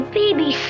baby